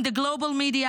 in the global media,